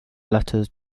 letters